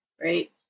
right